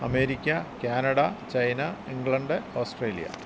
America Canada China England Australia